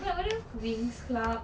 apa nama dia winx club